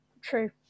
True